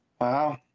Wow